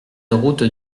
route